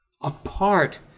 apart